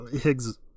Higgs